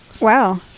Wow